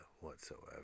whatsoever